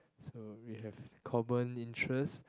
so we have common interest